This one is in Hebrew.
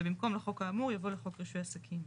ובמקום לחוק האמור יבוא לחוק רישוי עסקים.